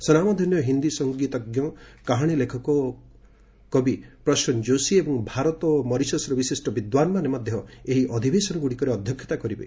ସ୍ୱନାମଧନ୍ୟ ହିନ୍ଦୀ ସଂଗୀତଜ୍ଞ କାହାଣୀ ଲେଖକ ଓ କବି ପ୍ରସ୍ନ ଯୋଶୀ ଏବଂ ଭାରତ ଓ ମରିସସ୍ର ବିଶିଷ୍ଟ ବିଦ୍ୱାନମାନେ ଏହି ଅଧିବେଶନଗୁଡ଼ିକରେ ଅଧ୍ୟକ୍ଷତା କରିବେ